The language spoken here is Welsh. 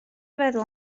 feddwl